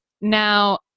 Now